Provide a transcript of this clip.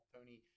Tony